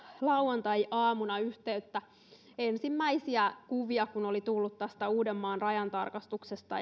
lauantaiaamuna yhteyttä kun ensimmäisiä kuvia oli tullut tästä uudenmaan rajan tarkastuksesta